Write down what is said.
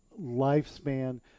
lifespan